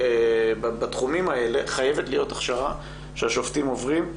בתחומים האלה חייבת להיות הכשרה שהשופטים עוברים.